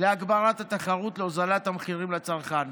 להגברת התחרות, להורדת המחירים לצרכן.